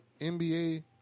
NBA